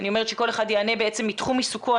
שכל אחד יענה מתחום עיסוקו.